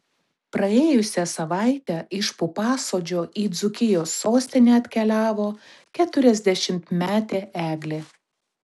praėjusią savaitę iš pupasodžio į dzūkijos sostinę atkeliavo keturiasdešimtmetė eglė